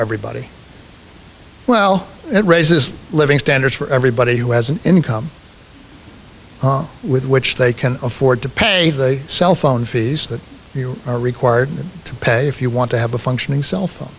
everybody well and raises living standards for everybody who has an income with which they can afford to pay the cellphone fees that you are required to pay if you want to have a functioning cellphone